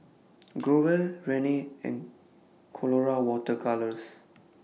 Growell Rene and Colora Water Colours